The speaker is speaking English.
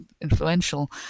influential